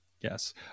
Yes